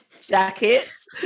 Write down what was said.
jackets